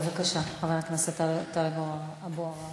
בבקשה, חבר הכנסת טלב אבו עראר.